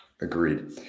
Agreed